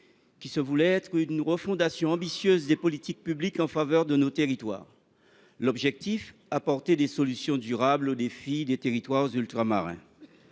première étape d’une refondation ambitieuse des politiques publiques en faveur de nos territoires. L’objectif était d’apporter des solutions durables aux défis des territoires ultramarins.